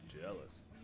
Jealous